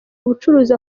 ubucuruzi